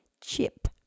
chip